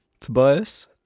Tobias